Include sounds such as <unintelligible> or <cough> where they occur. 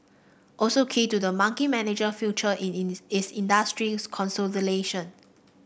also key to the monkey manager future in is is industry <unintelligible> consolidation